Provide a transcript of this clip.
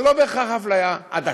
זה לא בהכרח אפליה עדתית.